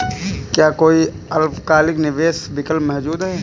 क्या कोई अल्पकालिक निवेश विकल्प मौजूद है?